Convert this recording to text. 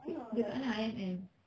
dekat mana I_M_M